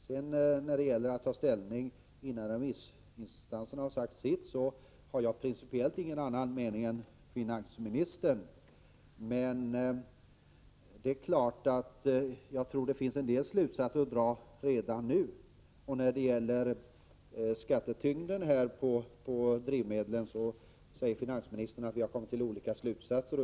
Jag har principiellt ingen annan mening än finansministern när det gäller att ta ställning innan remissinstanserna har sagt sitt, men jag tror att det finns en del slutsatser att dra redan nu. När det gäller skattetyngden på drivmedlen konstaterar jag att finansministern säger att vi har kommit till olika slutsatser.